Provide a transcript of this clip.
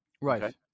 Right